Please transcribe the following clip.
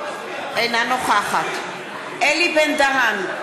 אינה נוכחת אלי בן-דהן,